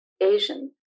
Asian